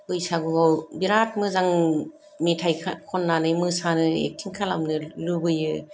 बैसागुवाव बिराद मोजां मेथाइ खननानै मोसानो एक्तिं खालामनो लुबैयो